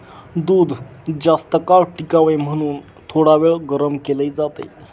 दूध जास्तकाळ टिकावे म्हणून थोडावेळ गरम केले जाते